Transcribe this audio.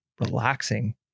relaxing